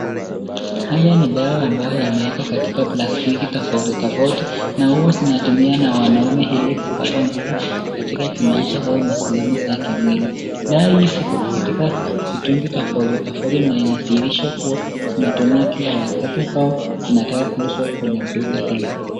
haya ni dawa ambaye yamewekwa katika plastiki tofauti tofauti na huwa zinatumia na wanaume ilikupata nguvu katika kimaisha au masehemu za kimwili dawa hii iko katika mitungi tofauti tofauti na inasharia kuwa zinatumika kila wakati au zinataka kuuzwa kwenye duka hilo,